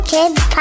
Kids